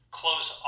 close